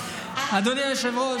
אבל אני מבקשת,